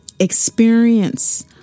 experience